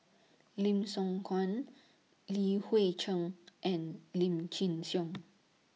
Lim Siong Guan Li Hui Cheng and Lim Chin Siong